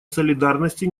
солидарности